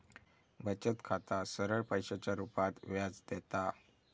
बचत खाता सरळ पैशाच्या रुपात व्याज देता